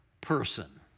person